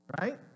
Right